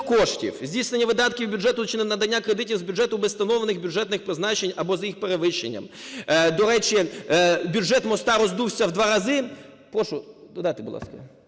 коштів; здійснення видатків бюджету чи надання кредитів з бюджету без встановлених бюджетних призначень або з їх перевищенням. До речі, бюджет моста роздувся в 2 рази. Прошу, додайте, будь ласка.